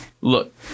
look